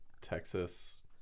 Texas